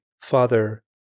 Father